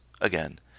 again